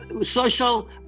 social